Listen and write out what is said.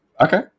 okay